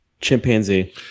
Chimpanzee